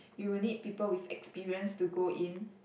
you will need people with experience to go in